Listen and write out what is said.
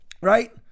Right